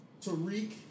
Tariq